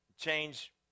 change